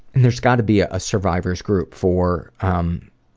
and there's got to be a survivor's group for um